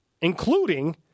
including